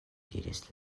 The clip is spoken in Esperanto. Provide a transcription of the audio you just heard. diris